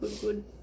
good